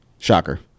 Shocker